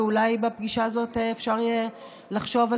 ואולי בפגישה הזאת אפשר יהיה לחשוב על